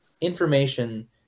information